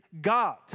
God